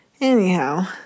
Anyhow